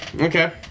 Okay